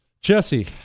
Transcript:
Jesse